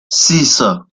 six